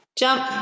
jump